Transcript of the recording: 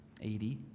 80